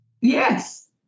Yes